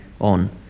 on